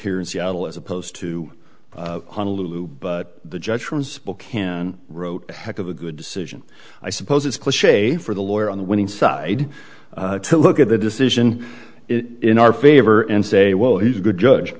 here in seattle as opposed to honolulu but the judge from spokane wrote a heck of a good decision i suppose it's cliche for the lawyer on the winning side to look at the decision it in our favor and say well he's a good judge